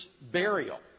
burial